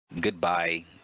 Goodbye